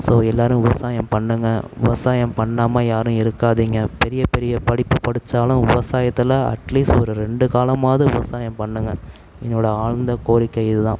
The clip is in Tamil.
ஸோ எல்லோரும் விவசாயம் பண்ணுங்கள் விவசாயம் பண்ணாமல் யாரும் இருக்காதிங்க பெரிய பெரிய படிப்பு படித்தாலும் விவசாயத்தில் அட் லீஸ்ட் ஒரு ரெண்டு காலமாவது விவசாயம் பண்ணுங்கள் என்னோடய ஆழ்ந்த கோரிக்கை இதுதான்